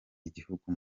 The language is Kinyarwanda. igihugu